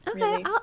okay